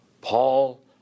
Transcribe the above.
Paul